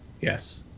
Yes